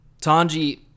Tanji